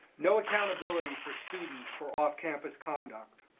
no accountability for students for off-campus conduct.